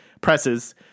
Presses